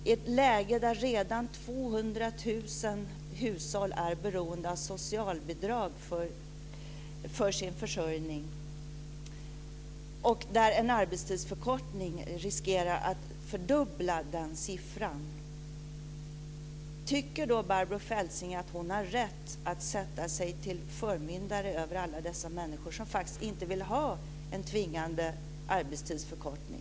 I ett läge där redan 200 000 hushåll är beroende av socialbidrag för sin försörjning, och där en arbetstidsförkortning riskerar att fördubbla den siffran, tycker då Barbro Feltzing att hon har rätt att sätta sig som förmyndare över alla dessa människor som faktiskt inte vill ha en tvingande arbetstidsförkortning?